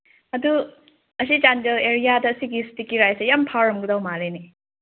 ꯑꯗꯨ ꯑꯁꯤ ꯆꯥꯟꯗꯦꯜ ꯑꯦꯔꯤꯌꯥꯗ ꯁꯤꯒꯤ ꯏꯇꯤꯀꯤ ꯔꯥꯏꯁꯤ ꯌꯥꯝ ꯍꯥꯎꯔꯝꯒꯗꯧ ꯃꯥꯜꯂꯦꯅꯦ